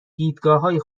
دیدگاههای